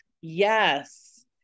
Yes